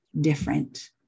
different